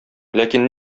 ләкин